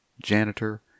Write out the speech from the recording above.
janitor